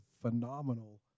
phenomenal